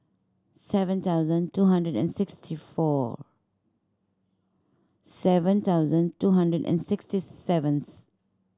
seven thousand two hundred and sixty four seven thousand two hundred and sixty seventh